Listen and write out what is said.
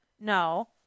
no